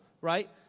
right